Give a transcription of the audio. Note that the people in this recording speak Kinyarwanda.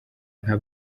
nka